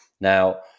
Now